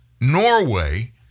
Norway